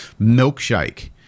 milkshake